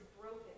broken